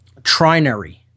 Trinary